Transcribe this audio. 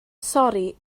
sori